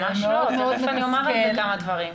ממש לא, תיכף אני אומר על זה כמה דברים.